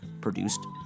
produced